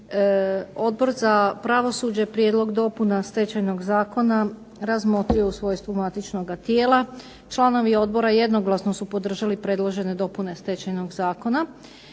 Odbor za pravosuđe Prijedlog dopuna Stečajnog zakona razmotrio je u svojstvu matičnoga tijela. Članovi odbora jednoglasno su podržali predložene dopune Stečajnog zakona